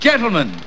Gentlemen